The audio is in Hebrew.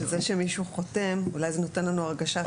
שזה שמישהו חותם אולי זה נותן לנו הרגשה טובה,